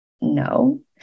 No